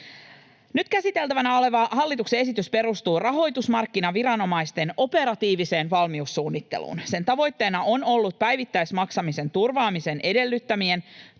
Nyt käsiteltävänä oleva hallituksen esitys perustuu rahoitusmarkkinaviranomaisten operatiiviseen valmiussuunnitteluun. Sen tavoitteena on ollut päivittäismaksamisen turvaamisen edellyttämien